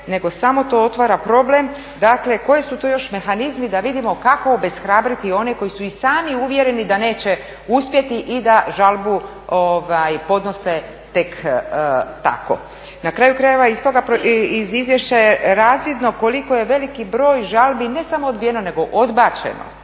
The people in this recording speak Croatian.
nego samo to otvara problem dakle koji su to još mehanizmi da vidimo kako obeshrabriti one koji su i sami uvjereni da neće uspjeti i da žalbu podnose tek tako. Na kraju krajeva iz izvješća je razvidno koliko je veliki broj žalbi ne samo odbijeno nego odbačeno.